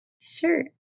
Sure